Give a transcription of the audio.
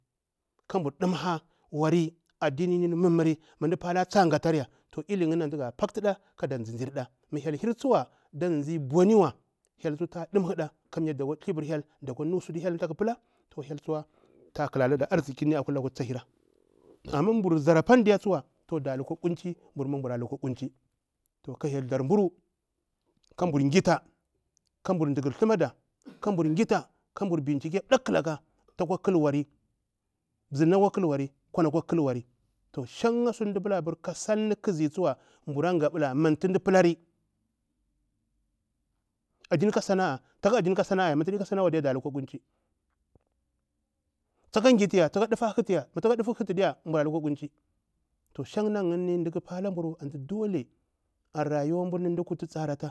Ka bur damha wari addinirni mummuri mu mda palari taghatarya to iliyini antu ga paktida kada nzinzirda mah hyel hir tsuwa dah nzinzir bwaniwa hyel tsuwa tunta ɗimɦada kamyar dakwa thlivi hyel dakwa nu suti hamthlaku pala toh hyel tsuwa tsah kalada arzikini akwa laktu ta hira. amah ma nbur zar apandiya tsuwa dimha da kamyar dakwa thlivir hyel da kwa nu sutu hyelthaku pula hyel tsuwa ta khalalada mah mda palari tsa ghafaya ili yinni atu ga paktuɗa kada zinzir ɗa, mu hyel kha yir tsuwa da zinzi bwani wa hyel tsu ta dimhe ɗa kamya dakwa thivir hyel da kwa nu sutu hyel thaku pila ta hira mah mbur ziri apan tsu diya to da lukwa kunci mbur a lukwa kunci, to ka hyel thar mburu ka mbur ghita ka mbur ɗakir thamada ka mbur gita ka mbur bincike ɗakulaka takwa khalwari mzirni akwa khal wari kwani akwa khal wari shansu tu mda pita ka salni khazi tsuwa mburu ghabita mantu mda pita ka salni khazi tsuwa mburu ghabita mantu mda pila taka addini ka sana'a ya, mu taɗi khaka wa diya da lukwa kunci tsaka ghifiya tsaka ɗafa hetyambura luka kunci to shan nayinni mda kha pala mburu ar rayuwar mbur mdaɗa tsara ta.